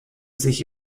sich